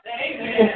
Amen